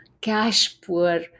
cash-poor